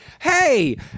hey